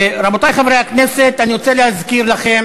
רבותי חברי הכנסת, אני רוצה להזכיר לכם